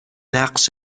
نقش